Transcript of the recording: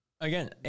again